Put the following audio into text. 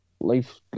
life